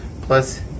plus